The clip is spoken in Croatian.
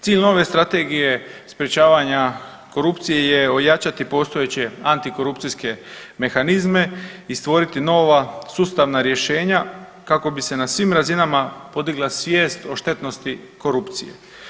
Cilj nove Strategije sprječavanja korupcije je ojačati postojeće antikorupcijske mehanizme i stvoriti nova sustavna rješenja kako bi se na svim razinama podigla svijest o štetnosti korupcije.